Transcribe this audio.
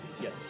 Yes